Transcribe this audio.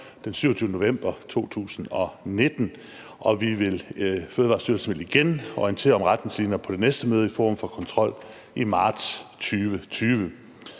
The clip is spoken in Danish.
den 27. november 2019, og Fødevarestyrelsen vil igen orientere om retningslinjer på det næste møde i forum for kontrol i marts 2020.